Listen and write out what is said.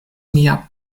mia